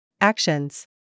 Actions